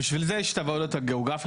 בשביל זה יש את עבודת הגיאוגרפים.